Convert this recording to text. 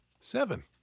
Seven